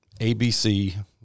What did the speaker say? ABC